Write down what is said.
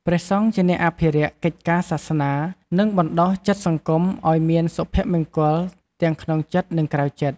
ព្រះសង្ឃជាអ្នកអភិរក្សកិច្ចការសាសនា និងបណ្តុះចិត្តសង្គមឲ្យមានសុភមង្គលទាំងក្នុងចិត្ត និងក្រៅចិត្ត។